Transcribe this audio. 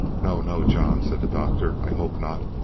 no, no, john, said the doctor, i hope not,